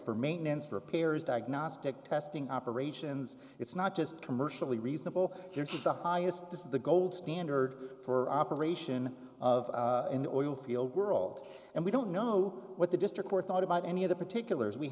for maintenance repairs diagnostic testing operations it's not just commercially reasonable yours is the highest is the gold standard for operation of in the oil field world and we don't know what the district court thought about any of the particulars we